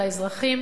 על האזרחים,